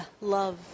Love